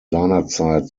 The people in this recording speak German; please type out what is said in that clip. seinerzeit